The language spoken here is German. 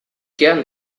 gern